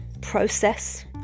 process